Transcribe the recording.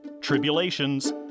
tribulations